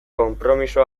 konpromiso